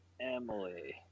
Emily